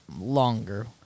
longer